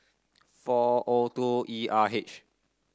four O two E R H